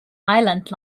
island